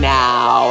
now